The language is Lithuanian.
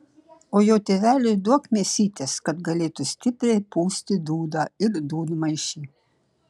o jo tėveliui duok mėsytės kad galėtų stipriai pūsti dūdą ir dūdmaišį